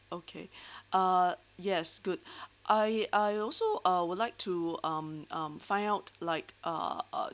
okay uh yes good I I also uh would like to um um find out like uh uh